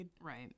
Right